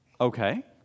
Okay